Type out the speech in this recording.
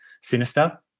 sinister